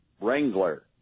Wrangler